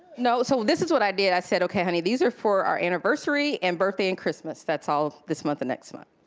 no, so this is what i did, i said okay honey, these are for our anniversary, and birthday and christmas. that's all this month and next month.